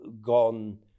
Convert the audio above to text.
gone